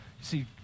see